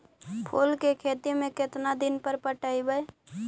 फूल के खेती में केतना दिन पर पटइबै?